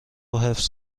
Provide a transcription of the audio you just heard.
حفظ